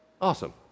Awesome